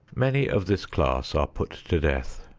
many of this class are put to death.